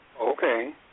Okay